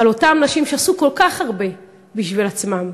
אותן נשים שעשו כל כך הרבה בשביל עצמן.